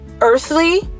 earthly